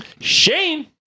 Shane